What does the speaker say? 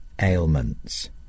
ailments